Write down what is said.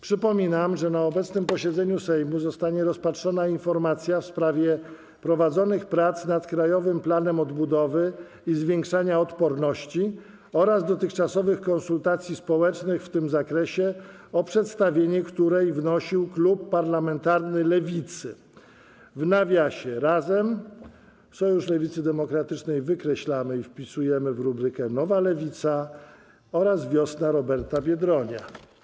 Przypominam, że na obecnym posiedzeniu Sejmu zostanie rozpatrzona informacja w sprawie prowadzonych prac nad Krajowym Planem Odbudowy i Zwiększania Odporności oraz dotychczasowych konsultacji społecznych w tym zakresie, o przedstawienie której wnosił klub parlamentarny Lewicy (Razem, Sojusz Lewicy Demokratycznej wykreślamy i wpisujemy: Nowa Lewica, Wiosna Roberta Biedronia)